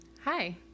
Hi